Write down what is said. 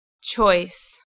choice